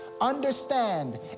understand